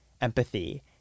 empathy